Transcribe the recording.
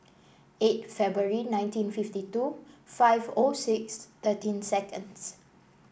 eight February nineteen fifty two five O six thirteen seconds